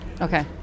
Okay